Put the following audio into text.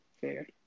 fair